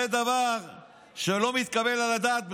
זה דבר שלא מתקבל על הדעת בכלל.